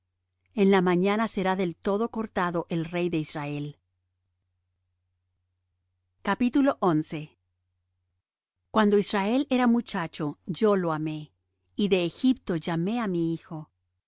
en la mañana será del todo cortado el rey de israel cuando israel era muchacho yo lo amé y de egipto llamé á mi hijo